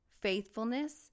faithfulness